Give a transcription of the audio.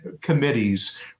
committees